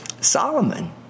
Solomon